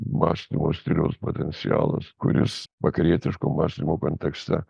mąstymo stiliaus potencialas kuris vakarietiško mąstymo kontekste